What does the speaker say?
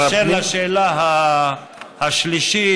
באשר לשאלה השלישית,